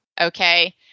Okay